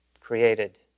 created